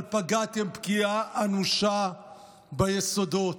אבל פגעתם פגיעה אנושה ביסודות.